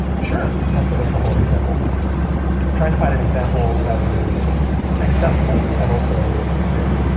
sure. let's look at a couple of examples. i'm trying to find an example that is accessible and also clear.